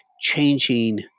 changing